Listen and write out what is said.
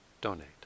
donate